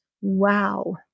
Wow